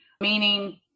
Meaning